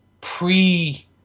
pre